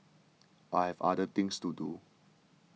I have other things to do